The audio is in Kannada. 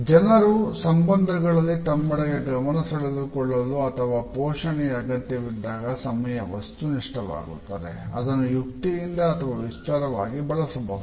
ಜನರು ಸಂಬಂಧಗಳಲ್ಲಿ ತಮ್ಮೆಡೆಗೆ ಗಮನ ಸೆಳೆದುಕೊಳ್ಳಲು ಅಥವಾ ಪೋಷಣೆಯ ಅಗತ್ಯವಿದ್ದಾಗ ಸಮಯ ವಸ್ತುನಿಷ್ಠವಾಗುತ್ತದೆ ಅದನ್ನು ಯುಕ್ತಿಯಿಂದ ಅಥವಾ ವಿಸ್ತಾರವಾಗಿ ಬಳಸಬಹುದು